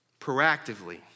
Proactively